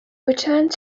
returned